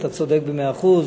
אתה צודק במאה אחוז,